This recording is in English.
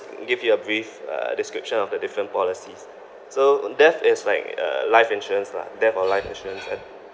give you a brief uh description of the different policies so death is like a life insurance lah death or life insurance and